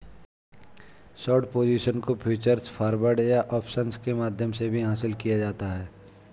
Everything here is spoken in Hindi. शॉर्ट पोजीशन को फ्यूचर्स, फॉरवर्ड्स या ऑप्शंस के माध्यम से भी हासिल किया जाता है